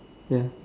ya